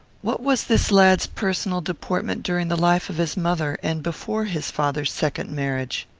what was this lad's personal deportment during the life of his mother, and before his father's second marriage?